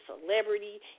celebrity